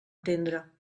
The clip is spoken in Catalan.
entendre